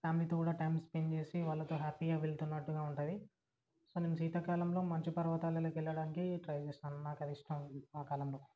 ఫ్యామిలీతో కూడా time spend చేసి వాళ్ళతో హ్యాపీగా వెళ్తున్నట్టుగా ఉంటుంది సో నేను శీతాకాలంలో మంచు పర్వతాలలోకి వెళ్ళడానికే ట్రై చేస్తాను నాకది ఇష్టం ఆ కాలంలో